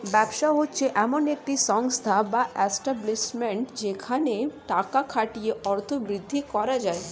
ব্যবসা হচ্ছে এমন একটি সংস্থা বা এস্টাব্লিশমেন্ট যেখানে টাকা খাটিয়ে অর্থ বৃদ্ধি করা যায়